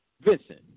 Vincent